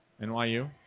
nyu